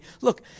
Look